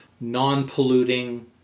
non-polluting